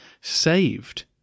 saved